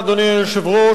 אדוני היושב-ראש,